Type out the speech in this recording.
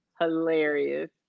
hilarious